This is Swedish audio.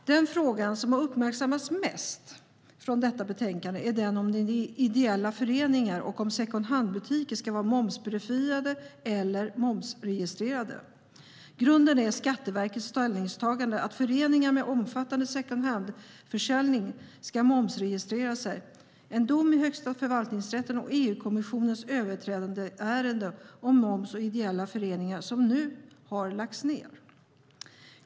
Den fråga som har uppmärksammats mest i detta betänkande är den om ideella föreningar och om second hand-butiker ska vara momsbefriade eller momsregistrerade. Grunden är Skatteverkets ställningstagande att föreningar med omfattande second hand-försäljning ska momsregistrera sig, enligt en dom i Högsta förvaltningsrätten och EU-kommissionens överträdandeärende om moms och ideella föreningar som nu har lagts ned.